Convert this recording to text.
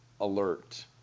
alert